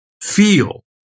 feel